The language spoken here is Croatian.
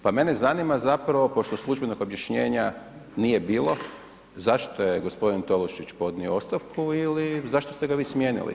Pa mene zanima zapravo pošto službenog objašnjenja nije bilo zašto je gospodin Tolušić podnio ostavku ili zašto ste ga vi smijenili.